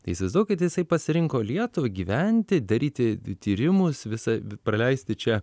tai įsivaizduokit jisai pasirinko lietuvą gyventi daryti tyrimus visa praleisti čia